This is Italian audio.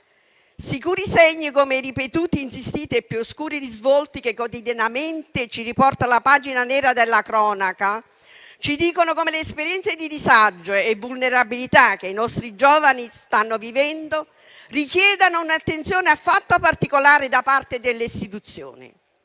Sicuri segni, i ripetuti, insistiti e più oscuri risvolti che quotidianamente ci riporta la pagina nera della cronaca ci dicono come le esperienze di disagio e vulnerabilità che i nostri giovani stanno vivendo richiedano un'attenzione affatto particolare da parte delle istituzioni.